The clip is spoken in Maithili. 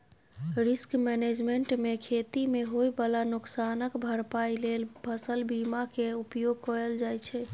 रिस्क मैनेजमेंट मे खेती मे होइ बला नोकसानक भरपाइ लेल फसल बीमा केर उपयोग कएल जाइ छै